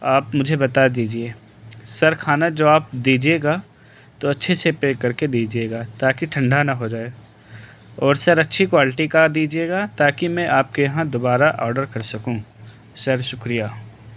آپ مجھے بتا دیجیے سر کھانا جو آپ دیجیے گا تو اچّھے سے پیک کر کے دیجیے گا تا کہ ٹھنڈا نہ ہو جائے اور سر اچّھی کوائلٹی کا دیجیے گا تا کہ میں آپ کے یہاں دوبارہ آڈر کر سکوں سر شکریہ